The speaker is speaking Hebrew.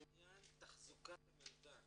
ענין תחזוקת המידע,